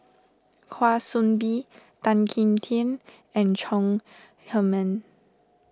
Kwa Soon Bee Tan Kim Tian and Chong Heman